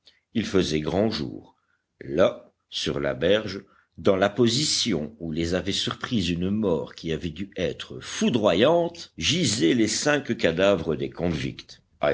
il faisait grand jour là sur la berge dans la position où les avait surpris une mort qui avait dû être foudroyante gisaient les cinq cadavres des